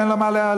שאין לו מה לאכול,